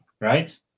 right